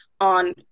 on